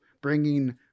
bringing